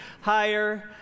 higher